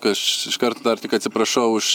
aš iškart dar tik atsiprašau už